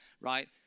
right